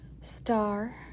star